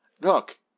Look